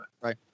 Right